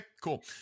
cool